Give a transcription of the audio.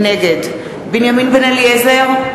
נגד בנימין בן-אליעזר,